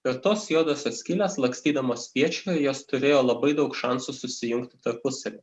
ir tos juodosios skylės lakstydamos spiečiumi jos turėjo labai daug šansų susijungti tarpusavyje